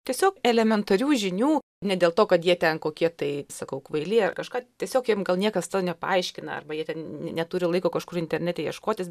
tiesiog elementarių žinių ne dėl to kad jie ten kokie tai sakau kvaili ar kažką tiesiog jiem gal niekas to nepaaiškina arba jie ten neturi laiko kažkur internete ieškotis